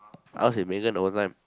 I was with Megan the whole time